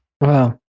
Wow